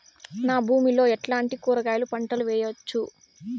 నా భూమి లో ఎట్లాంటి కూరగాయల పంటలు వేయవచ్చు?